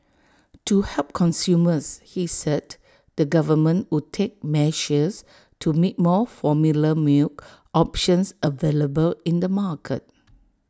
to help consumers he said the government would take measures to make more formula milk options available in the market